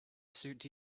suit